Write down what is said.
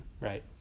right